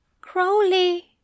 Crowley